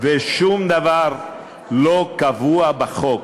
ושום דבר לא קבוע בחוק".